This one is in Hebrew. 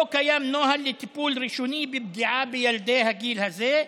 לא קיים נוהל לטיפול ראשוני בפגיעה בילדי הגיל הזה,